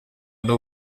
n’u